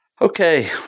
Okay